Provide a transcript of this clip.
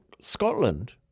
Scotland